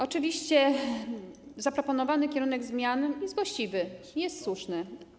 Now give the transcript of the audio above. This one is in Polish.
Oczywiście zaproponowany kierunek zmian jest właściwy, jest słuszny.